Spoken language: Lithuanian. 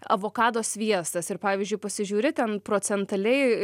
avokado sviestas ir pavyzdžiui pasižiūri ten procentaliai